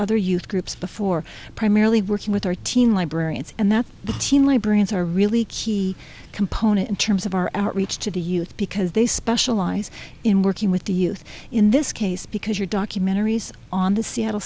other youth groups before primarily working with our teen librarians and that teen librarians are really key component in terms of our outreach to the youth because they specialize in working with the youth in this case because your documentaries on the seattle